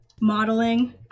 modeling